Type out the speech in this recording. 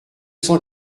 cent